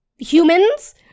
Humans